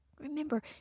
Remember